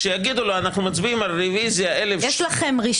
כשיגידו לו אנחנו מצביעים על רוויזיה --- טליה,